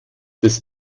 des